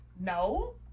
No